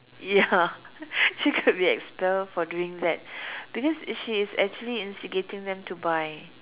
ya she could be expelled for doing that because she is actually instigating them to buy